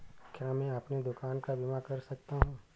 क्या मैं अपनी दुकान का बीमा कर सकता हूँ?